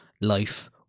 life